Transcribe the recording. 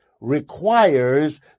requires